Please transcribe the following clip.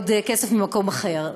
עוד כסף ממקום אחר.